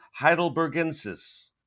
heidelbergensis